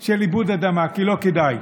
של איבוד אדמה, כי לא כדאי.